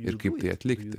ir kaip tai atlikti